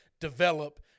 develop